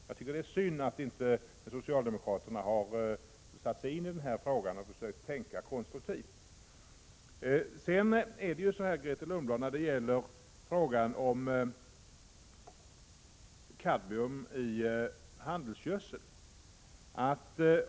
Jag tycker att det är synd att socialdemokraterna inte har satt sig in i den här frågan och försökt tänka konstruktivt.